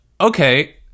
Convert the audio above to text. Okay